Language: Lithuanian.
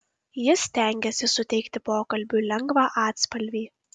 jis stengėsi suteikti pokalbiui lengvą atspalvį